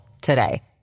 today